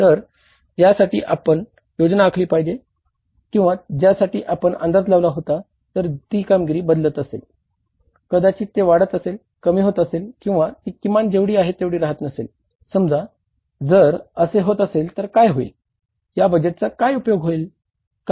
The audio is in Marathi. तर ज्यासाठी आपण योजना आखली किंवा ज्यासाठी आपण अंदाज लावला होता जर ती कामगिरी बदलत असेल कदाचित ते वाढत असेल कमी होत असेल किंवा ती किमान जेवढी आहे तेवढी राहत नसेल समजा जर असेल होत असेल तर काय होईल या बजेटचा काय उपयोग होईल